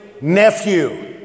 nephew